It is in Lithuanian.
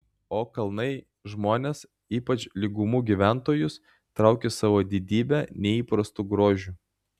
o kalnai žmones ypač lygumų gyventojus traukia savo didybe neįprastu grožiu